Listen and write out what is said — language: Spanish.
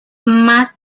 más